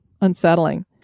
unsettling